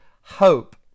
hope